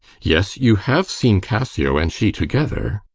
yes, you have seen cassio and she together.